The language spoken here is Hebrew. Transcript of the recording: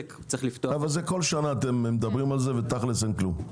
זה כל שנה אתם מדברים על זה ותכל'ס אין כלום.